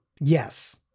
Yes